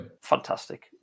fantastic